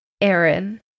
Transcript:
Aaron